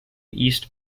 east